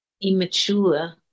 immature